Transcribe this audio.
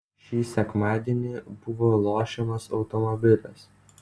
šį sekmadienį buvo lošiamas automobilis